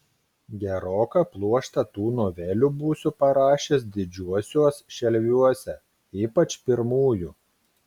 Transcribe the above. geroką pluoštą tų novelių būsiu parašęs didžiuosiuos šelviuose ypač pirmųjų